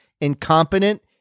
incompetent